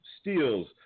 steals